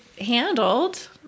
handled